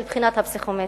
של הבחינה הפסיכומטרית.